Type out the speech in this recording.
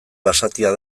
basatia